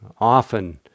Often